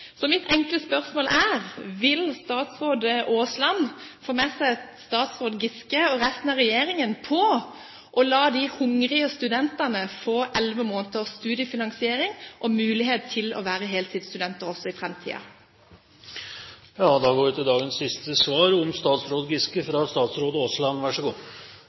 Så mitt enkle spørsmål er: Vil statsråd Aasland få med seg statsråd Giske og resten av regjeringen på å la de hungrige studentene få elleve måneders studiefinansiering og mulighet til å være heltidsstudenter også i framtiden? Da går vi til dagens siste svar, om statsråd Giske fra statsråd Aasland – vær så god!